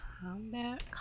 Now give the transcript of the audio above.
Combat